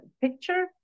picture